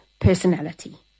personality